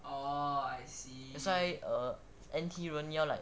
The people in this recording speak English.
that's why err N_T 人要 like